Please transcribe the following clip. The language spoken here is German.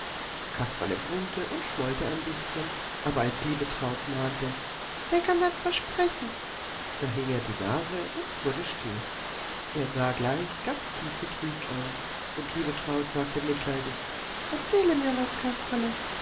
kasperle brummte und schmollte ein bißchen als aber liebetraut mahnte denk an dein versprechen da hing er die nase und wurde still er sah gleich ganz tiefbetrübt aus und liebetraut sagte mitleidig erzähle mir was kasperle